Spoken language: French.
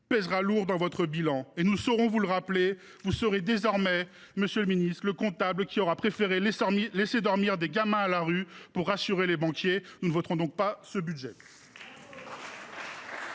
pèsera lourd dans votre bilan. Nous saurons vous le rappeler ! Vous serez désormais le comptable qui aura préféré laisser dormir des gamins à la rue pour rassurer les banquiers. Nous ne voterons donc pas ce budget.